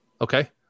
Okay